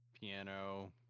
Piano